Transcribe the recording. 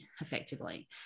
effectively